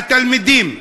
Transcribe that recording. התלמידים,